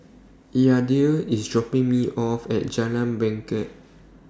Yadiel IS dropping Me off At Jalan Bangket